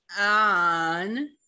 on